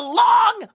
long